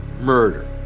murder